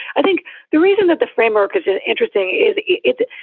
i think the reason that the framework is is interesting is it.